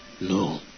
No